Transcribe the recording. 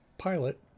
Pilot